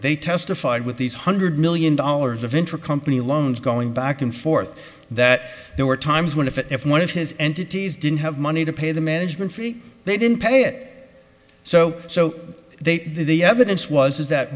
they testified with these hundred million dollars of intercompany loans going back and forth that there were times when if one of his entities didn't have money to pay the management fee they didn't pay it so so they the evidence was that